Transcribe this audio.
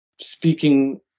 speaking